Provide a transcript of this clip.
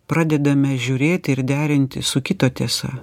pradedame žiūrėti ir derinti su kito tiesa